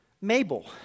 Mabel